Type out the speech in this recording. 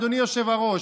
אדוני היושב-ראש.